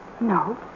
No